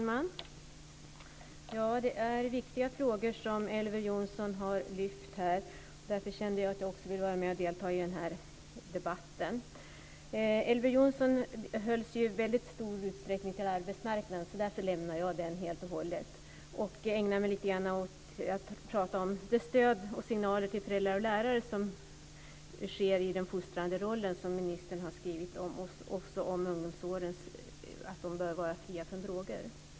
Herr talman! Det är viktiga frågor som Elver Jonsson har lyft fram här. Därför kände jag att jag också ville delta i denna debatt. Elver Jonsson höll sig i väldigt stor utsträckning till arbetsmarknaden, så därför lämnar jag den helt och hållet och ägnar mig åt att prata om stöd och signaler till föräldrar och lärare i den fostrande rollen, som ministern har skrivit om, och om att ungdomsåren bör vara fria från droger.